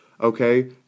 Okay